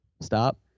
stop